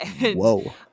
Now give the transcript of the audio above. Whoa